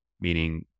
meaning